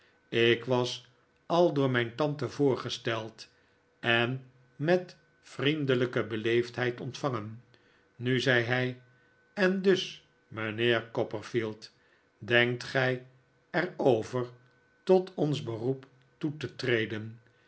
ik was al door mijn tante voorgesteld en met vriendelijke beleefdheid ontvangen nu zei hij en dus mijnheer copperfield denkt gij er over tot ons beroep toe te treden